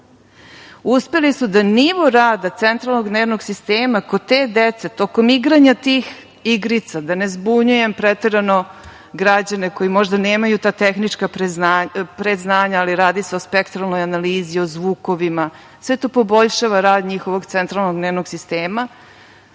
Uspeli da nivo rada centralnog nervnog sistema kod te dece tokom igranja tih igrica, da ne zbunjujem preterano građane koji možda nemaju ta tehnička predznanja, ali radi se o spektralnoj analizi, o zvukovima, sve to poboljšava rad njihovog centralnog nervnog sistema.